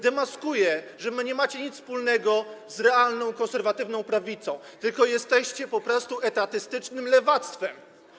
Demaskuje, że nie macie nic wspólnego z realną, konserwatywną prawicą, jesteście po prostu etatystycznym lewactwem.